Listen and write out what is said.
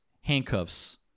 handcuffs